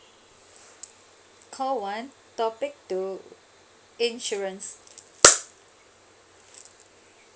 call one topic two insurance